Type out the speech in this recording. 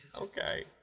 Okay